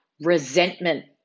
resentment